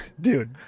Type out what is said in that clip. dude